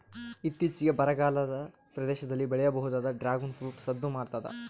ಇತ್ತೀಚಿಗೆ ಬರಗಾಲದ ಪ್ರದೇಶದಲ್ಲಿ ಬೆಳೆಯಬಹುದಾದ ಡ್ರಾಗುನ್ ಫ್ರೂಟ್ ಸದ್ದು ಮಾಡ್ತಾದ